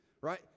right